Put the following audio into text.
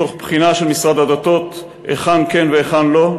תוך בחינה של משרד הדתות היכן כן והיכן לא,